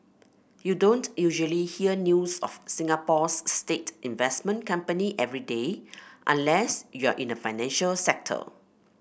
you don't usually hear news of Singapore's state investment company every day unless you're in the financial sector